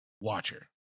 Watcher